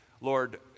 Lord